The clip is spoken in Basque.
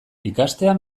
ikastea